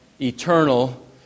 eternal